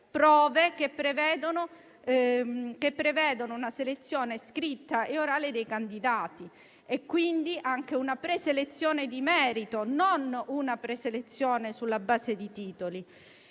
prove che prevedono una selezione scritta e orale dei candidati, quindi anche una preselezione di merito, e non una preselezione sulla base di titoli.